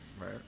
Right